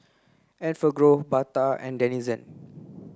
Enfagrow Bata and Denizen